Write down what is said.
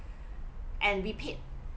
and we paid